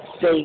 say